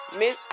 miss